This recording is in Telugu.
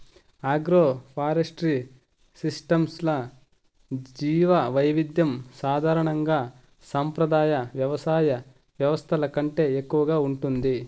ఆగ్రోఫారెస్ట్రీ సిస్టమ్స్లో జీవవైవిధ్యం సాధారణంగా సంప్రదాయ వ్యవసాయ వ్యవస్థల కంటే ఎక్కువగా ఉంటుంది